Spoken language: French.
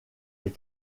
les